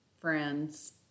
friends